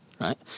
right